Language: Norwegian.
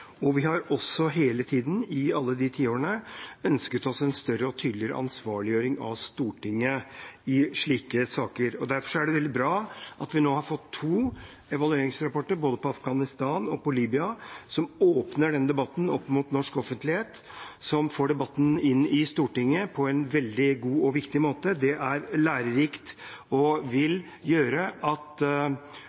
prosesser. Vi har også hele tiden – i alle de tiårene – ønsket oss en større og tydeligere ansvarliggjøring av Stortinget i slike saker. Derfor er det veldig bra at vi nå har fått to evalueringsrapporter, både om Afghanistan og om Libya, som åpner denne debatten opp mot norsk offentlighet, som får debatten inn i Stortinget på en veldig god og viktig måte. Det er lærerikt og vil gjøre at